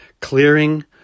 clearing